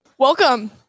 Welcome